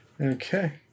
Okay